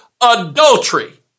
adultery